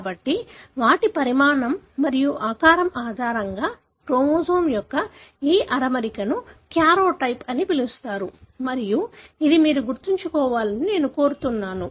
కాబట్టి వాటి పరిమాణం మరియు ఆకారం ఆధారంగా క్రోమోజోమ్ యొక్క ఈ అమరికను కార్యోటైప్ అని పిలుస్తారు మరియు ఇది మీరు గుర్తుంచుకోవాలని నేను కోరుకుంటున్నాను